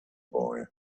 boy